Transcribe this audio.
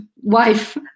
wife